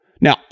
Now